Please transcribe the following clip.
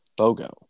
BOGO